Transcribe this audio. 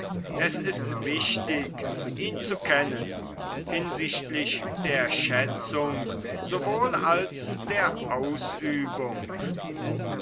es ist wichtig ihn zu kennen hinsichtlich der schätzung sowohl als der ausübung